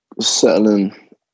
settling